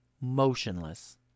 motionless